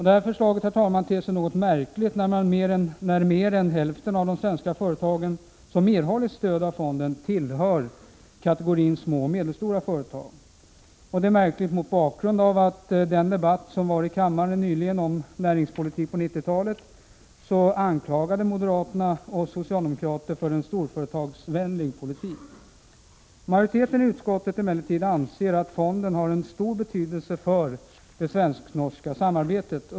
Detta förslag ter sig något märkligt då mer än hälften av de svenska företag som erhållit stöd av fonden tillhör kategorin små och medelstora företag. Det är märkligt mot bakgrund av den debatt som fördes i kammaren om näringspolitiken på 1990-talet, där moderaterna anklagade oss socialdemokrater för en storföretagsvänlig politik. Majoriteten i utskottet anser emellertid att fonden har stor betydelse för det svensk-norska samarbetet.